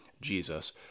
Jesus